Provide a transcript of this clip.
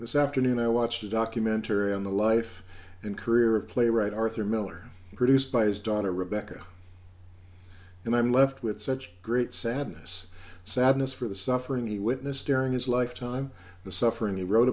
this afternoon i watched a documentary on the life and career of playwright arthur miller produced by his daughter rebecca and i'm left with such great sadness sadness for the suffering he witnessed during his lifetime the suffering he wrote